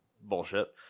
bullshit